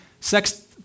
Sex